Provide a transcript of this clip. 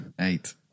Eight